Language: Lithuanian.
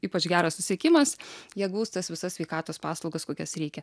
ypač geras susiekimas jie gaus tas visas sveikatos paslaugas kokias reikia